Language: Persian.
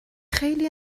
خیلی